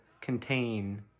contain